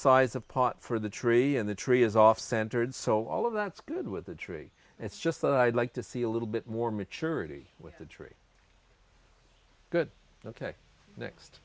size of pot for the tree and the tree is off centered so all of that's good with the tree it's just that i'd like to see a little bit more maturity with the tree good ok next